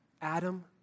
Adam